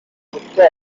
gutwara